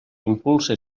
impulsa